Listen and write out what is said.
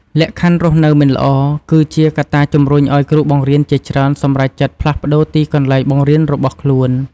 លក្ខខណ្ឌរស់នៅមិនល្អ គឺជាកត្តាជំរុញឲ្យគ្រូបង្រៀនជាច្រើនសម្រេចចិត្តផ្លាស់ប្តូរទីកន្លែងបង្រៀនរបស់ខ្លួន។